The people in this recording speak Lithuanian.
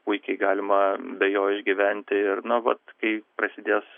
puikiai galima be jo išgyventi ir na vat kai prasidės